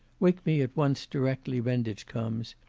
wake me at once directly renditch comes.